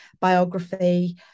biography